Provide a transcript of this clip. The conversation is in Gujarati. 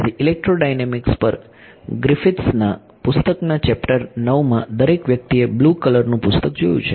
તેથી ઇલેક્ટ્રોડાયનેમિક્સ પર ગ્રિફિથ્સ ના પુસ્તકના ચેપ્ટર 9 માં દરેક વ્યક્તિએ બ્લુ કલરનું પુસ્તક જોયું છે